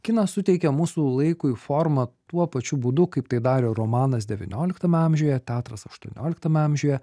kinas suteikia mūsų laikui formą tuo pačiu būdu kaip tai darė romanas devynioliktame amžiuje teatras aštuonioliktame amžiuje